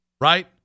Right